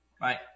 Bye